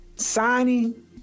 Signing